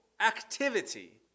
activity